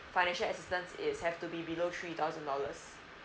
financial assistance it has to be below three thousand dollars